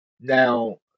now